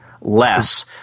less –